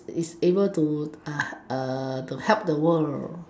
is able to to help the world